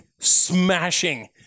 smashing